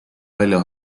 välja